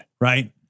right